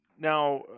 Now